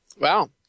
Wow